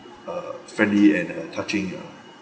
a friendly and and touching uh